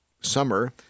summer